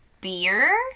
beer